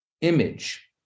image